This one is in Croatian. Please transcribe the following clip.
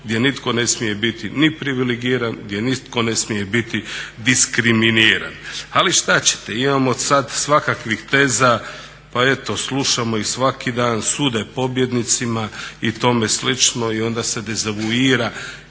gdje nitko ne smije biti ni privilegiran, gdje nitko ne smije biti diskriminiran. Ali šta ćete, imamo sad svakakvih teza pa eto slušamo ih svaki dan, sude pobjednicima i tome slično i onda se dezavuira